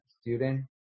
student